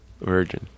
Virgin